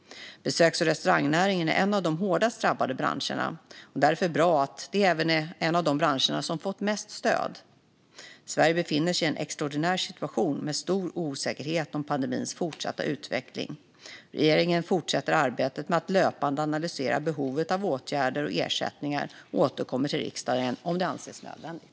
Besöks och restaurangnäringen är en av de hårdast drabbade branscherna, och därför är det bra att det även är en av de branscher som fått mest stöd. Sverige befinner sig i en extraordinär situation med stor osäkerhet om pandemins fortsatta utveckling. Regeringen fortsätter arbetet med att löpande analysera behovet av åtgärder och ersättningar och återkommer till riksdagen om det anses nödvändigt.